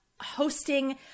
Hosting